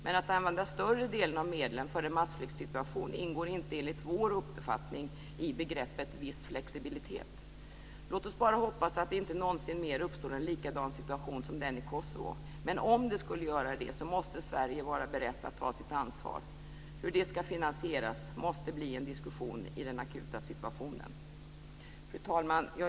Men att använda större delen av medlen för en massflyktsituation ingår inte enligt vår uppfattning i begreppet "viss flexibilitet". Låt oss bara hoppas att det inte någonsin mer uppstår en likadan situation som den i Kosovo, men om det skulle göra det måste Sverige vara berett att ta sitt ansvar. Hur det ska finansieras måste bli en diskussion i den akuta situationen. Fru talman!